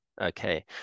Okay